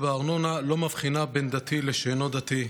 בארנונה לא מבחינה בין דתי לשאינו דתי,